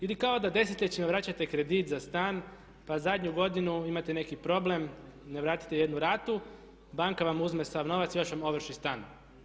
Ili kao da desetljećima vraćate kredit za stan pa zadnju godinu imate neki problem, ne vratite jednu ratu, banka vam uzme sav novac i još vam ovrši stan.